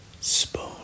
spoon